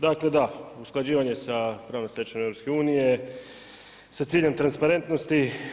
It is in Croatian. Dakle da, usklađivanjem sa pravnom stečevine EU sa ciljem transparentnosti.